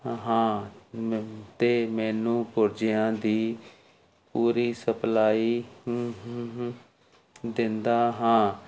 ਹ ਹਾਂ ਮ ਅਤੇ ਮੈਨੂੰ ਪੁਰਜਿਆਂ ਦੀ ਪੂਰੀ ਸਪਲਾਈ ਦਿੰਦਾ ਹਾਂ